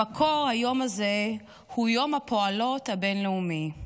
במקור היום הזה הוא יום הפועלות הבין-לאומי.